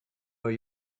are